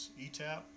ETAP